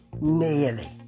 Nearly